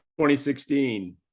2016